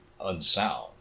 unsound